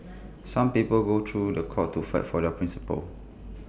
some people go to The Court to fight for their principles